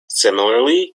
similarly